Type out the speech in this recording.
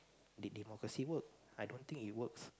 did democracy work I don't think it works